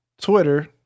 Twitter